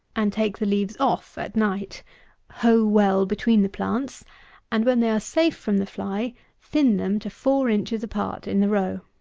and take the leaves off at night hoe well between the plants and when they are safe from the fly, thin them to four inches apart in the row.